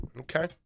Okay